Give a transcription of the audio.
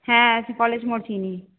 হ্যাঁ কলেজ মোড় চিনি